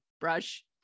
brush